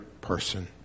person